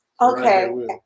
okay